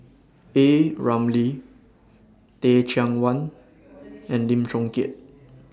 A Ramli Teh Cheang Wan and Lim Chong Keat